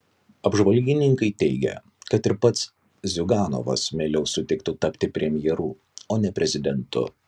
apžvalgininkai teigia kad ir pats ziuganovas mieliau sutiktų tapti premjeru o ne prezidentu